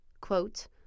Quote